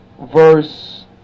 verse